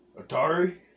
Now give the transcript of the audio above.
Atari